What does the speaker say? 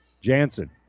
Jansen